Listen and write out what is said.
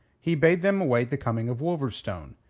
he bade them await the coming of wolverstone,